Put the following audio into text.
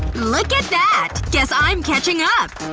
look at that. guess i'm catching up!